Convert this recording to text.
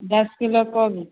दश किलो कोबी